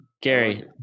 Gary